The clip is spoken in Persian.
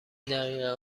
دقیقا